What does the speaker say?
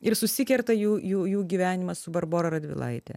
ir susikerta jų jų jų gyvenimas su barbora radvilaite